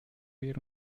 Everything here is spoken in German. wir